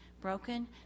broken